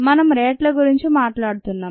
మనం రేట్ల గురించి మాట్లాడుతున్నాం